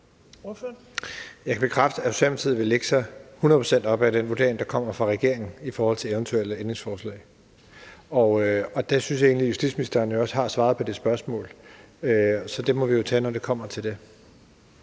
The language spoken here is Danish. Jeg kan bekræfte, at Socialdemokratiet vil lægge sig hundrede procent op ad den vurdering, der kommer fra regeringen, i forhold til eventuelle ændringsforslag. Og der synes jeg egentlig også, justitsministeren har svaret på det spørgsmål, så det må vi jo tage, når det kommer dertil.